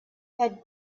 had